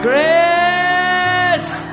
Grace